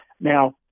Now